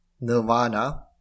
Nirvana